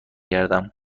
گردم